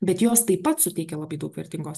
bet jos taip pat suteikia labai daug vertingos